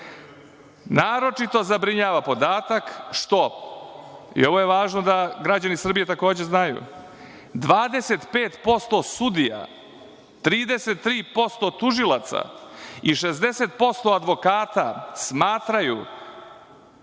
Naročito zabrinjava podatak što, i ovo je važno da građani Srbije takođe znaju, 25% sudija, 33% tužilaca i 60% advokata smatraju